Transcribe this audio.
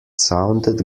sounded